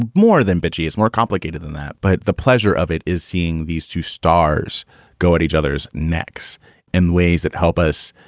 ah more than bitchy. it's more complicated than that. but the pleasure of it is seeing these two stars go at each other's necks in ways that help us,